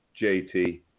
JT